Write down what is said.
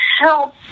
help